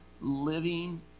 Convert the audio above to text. living